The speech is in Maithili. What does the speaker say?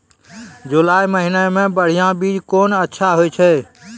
जुलाई महीने मे बढ़िया बीज कौन अच्छा होय छै?